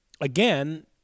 again